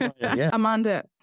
Amanda